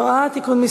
מתנגדים.